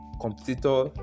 competitor